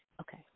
Okay